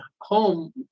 home